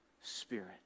spirit